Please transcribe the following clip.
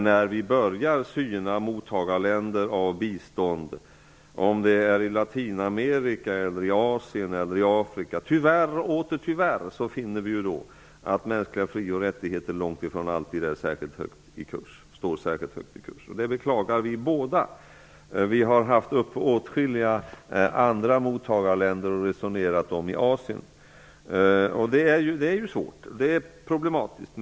När vi börjar syna länder som mottar bistånd -- det kan vara i Latinamerika, Asien eller Afrika -- finner vi tyvärr att mänskliga fri och rättigheter långt ifrån alltid står särskilt högt i kurs. Det beklagar vi båda. Vi har resonerat om åtskilliga andra mottagarländer i Asien. Detta är svårt; det är problematiskt.